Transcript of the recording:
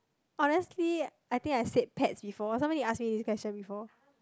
honestly I think I said pets before somebody ask me this question before